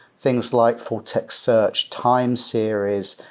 things like vortex search, time series,